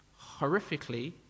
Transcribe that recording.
horrifically